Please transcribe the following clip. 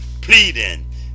pleading